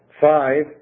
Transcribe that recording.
Five